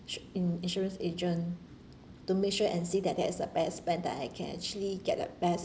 s~ in insurance agent to make sure see that there is the best plan that I can actually get the best